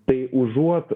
tai užuot